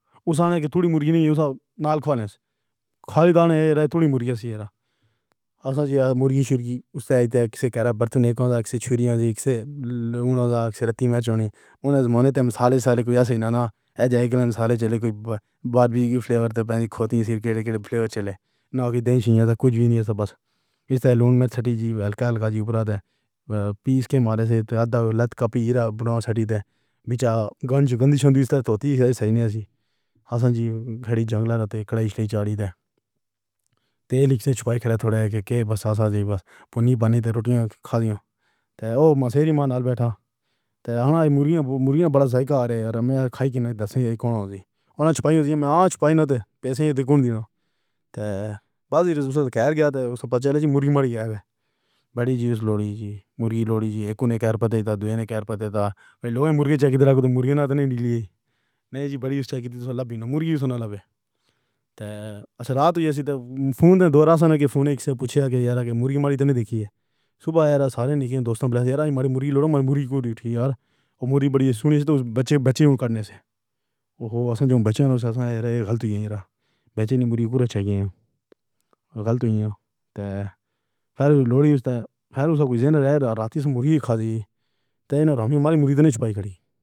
سمجھانے کی تھوڑی مُرگی نہیں ہوسا۔ نال کھولے کھولدا اے۔ رے تو ہی مُرگے سے ہیرا۔ مُرگی شُرگی اُسے سے کر برتن اک چُھری سے اُٹھا جاندا اے رتی وچ چُنی۔ اُنہیں تو مصالے سارے کوئی ایسے نہ نہ ایسے کلم سارے چلے کوئی باربیکیو دے فلےور اُتر پائے تو خود ہی سِر دے فلےور چلے نا کہ دیس یا پھر کچھ وی نہیں اے۔ بس ایسے نے لان وچ سیٹی جل کے لگا دی۔ پیس کے مارے تو آدھا کپ بنا سیٹ دے بیچارا گنج گندی ہوندی تو تے سے نہیں ہاسی۔ اصل جی کڑی جنگلات کراش چڑھ گئی۔ تیل دی چُھپائی تھوڑے دے پاس ساجے بازے، پوری بنی روٹیاں کھا لو۔ تو او سیدھی نال بیٹھا مُرگی، مُرگی وڈا سائیکل تے میں کھا کے دسے کون سی اُنہیں چُھپایا؟ میں چُھپائی نا تو پیسے دے دو۔ میں تو بس گہر جا رہیا اے۔ وڈی جی لَوڑی جی مُرگی لَوڑی جی کوں نکال پاتے تو دِن ہی مُرگے نال دلی۔ ایہ وڈی چیز اے۔ لفی مُرگی سے نہ لاوے۔ رات دے فون دو ہرا سن دے فون پُچھے کے یار مُرگی ماری تو نہیں دیکھی اے۔ صبح آرا سارے دوستاں سے یار مُرگی، مُرگی، کرسی تے مُرگی وڈی بچے بچے کرنے سے۔ اوہو جیسے ہی بچے گلے دے ول چل دتے۔ غلط ہو یا پھر لَوڑی پھر اُسے رات مُرگی کھا جائیے۔ تینوں رام مُرگی نہیں چُپائے۔